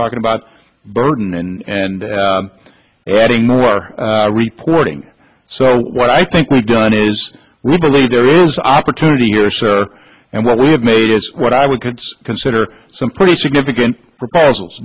talking about burden and getting more reporting so what i think we've done is we believe there is opportunity here sure and what we have made is what i would consider some pretty significant proposals